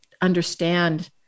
understand